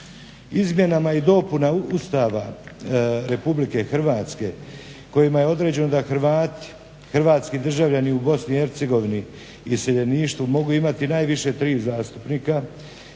Izmjenama i dopunama Ustava RH kojim je određeno da Hrvati hrvatski državljani u BiH i iseljeništvu mogu imati najviše tri zastupnika